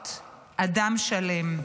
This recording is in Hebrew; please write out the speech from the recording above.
להיות אדם שלם.